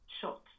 shot